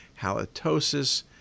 halitosis